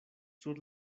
sur